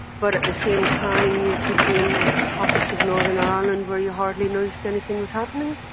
but at the same time you could be in pockets of northern ireland where you hardly noticed anything was happening.